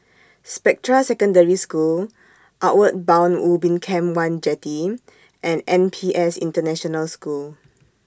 Spectra Secondary School Outward Bound Ubin Camp one Jetty and N P S International School